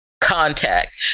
Contact